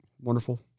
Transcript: Wonderful